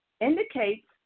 indicates